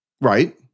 right